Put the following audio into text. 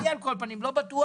או אני על כל פנים לא בטוח